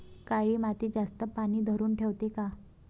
काळी माती जास्त पानी धरुन ठेवते का?